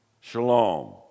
Shalom